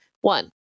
one